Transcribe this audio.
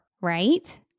right